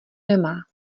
nemá